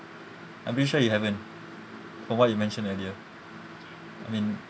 I'm pretty sure you haven't for what you mentioned earlier I mean